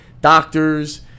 doctors